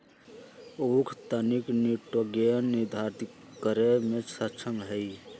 उख तनिक निटोगेन निर्धारितो करे में सक्षम हई